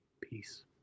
Peace